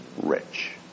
rich